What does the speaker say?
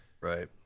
Right